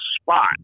spot